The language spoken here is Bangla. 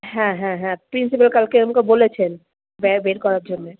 হ্যাঁ হ্যাঁ হ্যাঁ পিন্টু দা কালকে আমাকে বলছেন ব্যা বের করার জন্যে